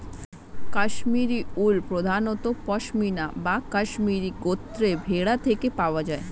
Kashmiri wool প্রধানত পশমিনা বা কাশ্মীরি গোত্রের ভেড়া থেকে পাওয়া যায়